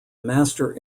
master